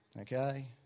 Okay